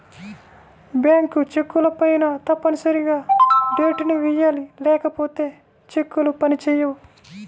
bank చెక్కులపైన తప్పనిసరిగా date ని వెయ్యాలి లేకపోతే చెక్కులు పని చేయవు